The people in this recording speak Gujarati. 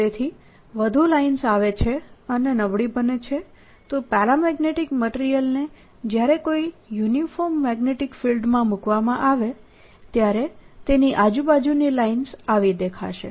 તેથી વધુ લાઇન્સ આવે છે અને નબળી બને છે તો પેરામેગ્નેટીક મટીરીયલને જ્યારે કોઈ યુનિફોર્મ મેગ્નેટીક ફિલ્ડ માં મૂકવામાં આવે ત્યારે તેની આજુબાજુની લાઇન્સ આવી દેખાશે